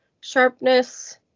sharpness